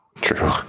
True